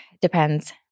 depends